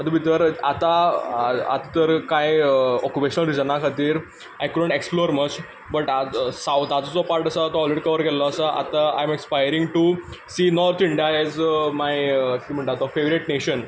तातूंत भितर आतां आत तर कांय ऑक्युपेशनल रिजना खातीर I couldn't explore much but साउथाचो जो पार्ट आसा तो ओलरेडी कव्हर केल्लो आसा आतां I am aspiring to see north India as my कितें म्हणटात तो फेवरेट नेशन